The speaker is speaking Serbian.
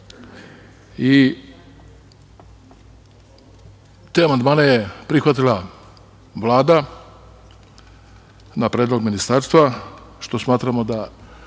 i te amandmane je prihvatila Vlada na predlog Ministarstva, što smatramo da